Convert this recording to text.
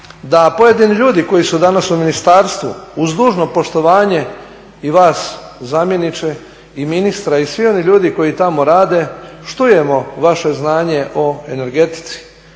da pojedini ljudi koji su danas u ministarstvu uz dužno poštovanje i vas zamjeniče i ministra i svih onih ljudi koji tamo rade, štujemo vaše znanje o energetici,